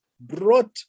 brought